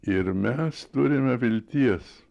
ir mes turime vilties